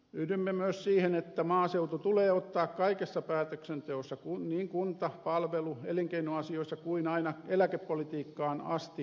yhdymme myös siihen että maaseutu tulee ottaa kaikessa päätöksenteossa niin kunta palvelu ja elinkeinoasioissa kuin aina eläkepolitiikkaan asti vahvasti huomioon